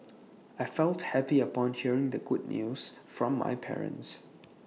I felt happy upon hearing the good news from my parents